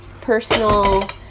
personal